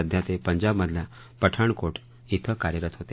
सध्या ते पंजाबमधल्या पठाणकोट इथं कार्यरत होते